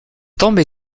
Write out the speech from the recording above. tombe